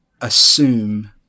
assume